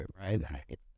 right